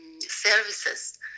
services